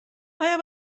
آیا